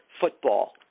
football